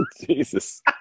Jesus